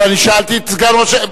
אבל אני שאלתי את סגן ראש,